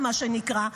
מה שנקרא,